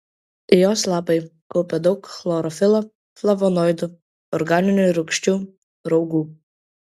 jos lapai kaupia daug chlorofilo flavonoidų organinių rūgščių raugų